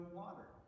water